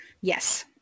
Yes